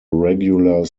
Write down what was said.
regular